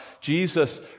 Jesus